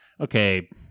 okay